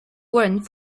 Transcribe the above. warrant